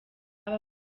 aba